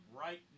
right